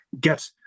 get